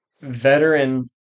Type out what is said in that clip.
veteran